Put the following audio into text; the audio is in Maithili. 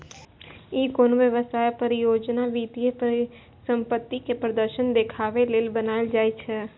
ई कोनो व्यवसाय, परियोजना, वित्तीय परिसंपत्ति के प्रदर्शन देखाबे लेल बनाएल जाइ छै